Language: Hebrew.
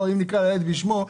אם נקרא לילד בשמו,